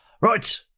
Right